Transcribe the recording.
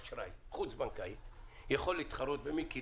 איך אני חברת אשראי חוץ בנקאית יכול להתחרות במיקי